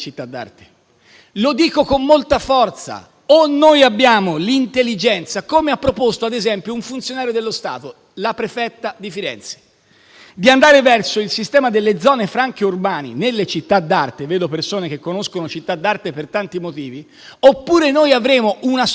Lo dico con molta forza: dobbiamo avere l'intelligenza, come ha proposto, ad esempio, un funzionario dello Stato, il prefetto di Firenze, di andare verso il sistema delle zone franche urbane nelle città d'arte - vedo persone che conoscono le città d'arte per tanti motivi - oppure avremo una sofferenza